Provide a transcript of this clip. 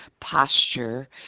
posture